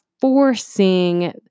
forcing